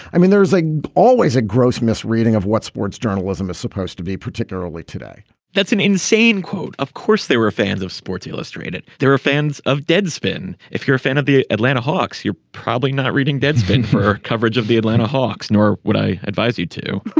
i mean there is always a gross misreading of what sports journalism is supposed to be particularly today that's an insane quote. of course they were fans of sports illustrated. they were fans of deadspin. if you're a fan of the atlanta hawks you're probably not reading deadspin for coverage of the atlanta hawks. nor would i advise you to.